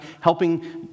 helping